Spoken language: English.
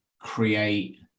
create